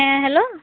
ᱦᱮᱸ ᱦᱮᱞᱳ